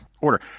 order